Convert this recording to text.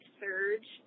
surge